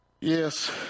Yes